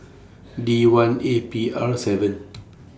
D one A P R seven